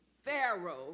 Pharaoh